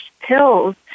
pills